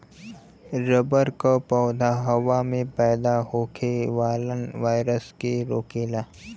rubber क पौधा हवा में पैदा होखे वाला वायरस के रोकेला